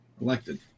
elected